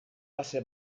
fase